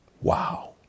Wow